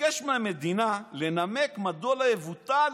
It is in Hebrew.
מבקש מהמדינה לנמק מדוע לא יבוטל